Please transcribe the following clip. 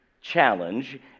challenge